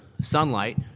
sunlight